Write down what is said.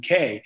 UK